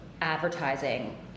advertising